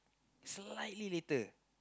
slightly later